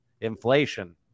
inflation